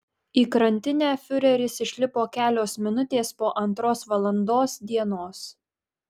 į krantinę fiureris išlipo kelios minutės po antros valandos dienos